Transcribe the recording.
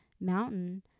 mountain